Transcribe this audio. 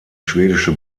schwedische